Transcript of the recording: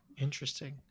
Interesting